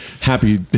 happy